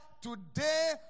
today